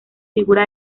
figura